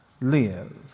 live